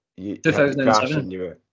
2007